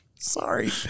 Sorry